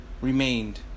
remained